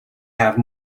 have